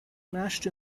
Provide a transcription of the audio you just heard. mashed